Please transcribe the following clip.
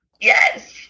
Yes